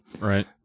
right